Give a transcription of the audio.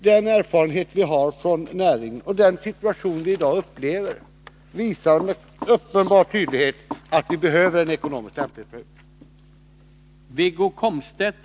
Den erfarenhet vi har från näringen och den situation vi i dag befinner oss i visar med all tydlighet att vi behöver den ekonomiska lämplighetsprövningen.